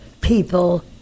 people